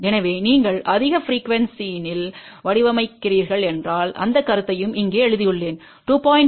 எனவே நீங்கள் அதிக ப்ரிக்யூவென்ஸிணில் வடிவமைக்கிறீர்கள் என்றால் அந்தக் கருத்தையும் இங்கே எழுதியுள்ளேன் 2